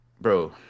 bro